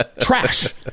Trash